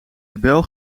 bel